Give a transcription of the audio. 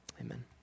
amen